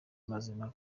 mazima